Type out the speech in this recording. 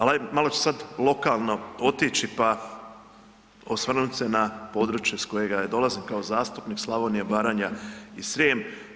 Al ajd, malo ću sad lokalno otići, pa osvrnut se na područje s kojeg ja dolazim kao zastupnik Slavonija, Baranja i Srijem.